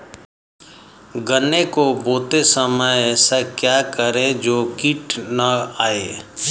गन्ने को बोते समय ऐसा क्या करें जो कीट न आयें?